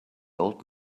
old